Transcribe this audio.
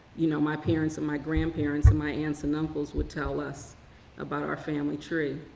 you know, my parents and my grandparents and my aunts and uncles would tell us about our family tree.